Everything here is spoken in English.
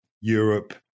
Europe